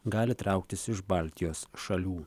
gali trauktis iš baltijos šalių